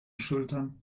schultern